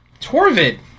Torvid